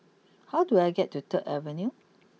how do I get to third Avenue